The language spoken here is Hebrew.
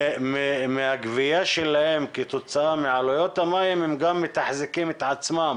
מהגבייה שלהם כתוצאה מעלויות המים הם גם מתחזקים את עצמם